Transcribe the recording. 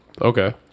okay